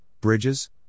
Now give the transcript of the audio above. bridges